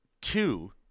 two